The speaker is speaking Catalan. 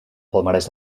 palmarès